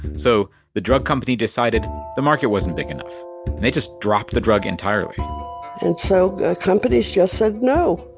so the drug company decided the market wasn't big enough, and they just dropped the drug entirely and so companies just said, no,